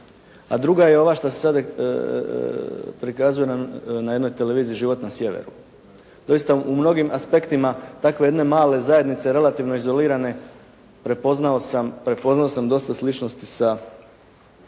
a druga je ova što se sada prikazuje na jednoj televiziji "Život na sjeveru". Doista u mnogim aspektima takve jedne male zajednice relativno izolirane prepoznao sam dosta sličnosti sa